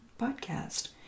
podcast